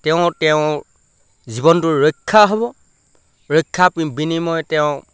তেওঁ তেওঁৰ জীৱনটোৰ ৰক্ষা হ'ব ৰক্ষা বিনিময়ে তেওঁ